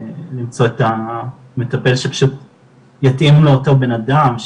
למצוא את המטפל שפשוט יתאים לאותו בן אדם,